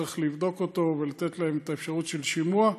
צריך לבדוק אותו ולתת להם את האפשרות של שימוע.